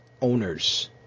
owners